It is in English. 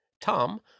Tom